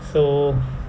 so